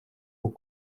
aux